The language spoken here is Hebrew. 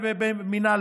מן אללה.